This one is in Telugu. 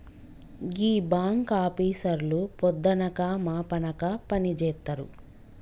గీ బాంకాపీసర్లు పొద్దనక మాపనక పనిజేత్తరు